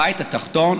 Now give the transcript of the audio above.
הבית התחתון,